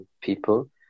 people